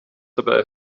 dabei